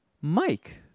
Mike